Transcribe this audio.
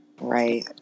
Right